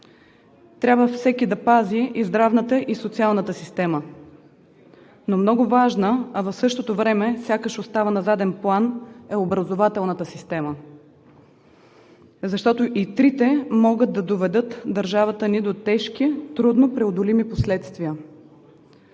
Трябва всеки да пази и здравната, и социалната система, но много важна, а в същото време сякаш остава на заден план, е образователната система, защото и трите могат да доведат държавата ни до тежки, труднопреодолими последствия.